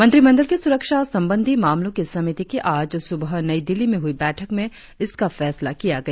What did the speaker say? मंत्रिमंडल की सुरक्षा संबंधी मामलों की समिति की आज सुबह नई दिल्ली में हुई बैठक में इसका फैसला किया गया